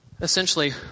essentially